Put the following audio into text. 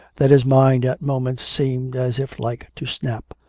that his mind at moments seemed as if like to snap,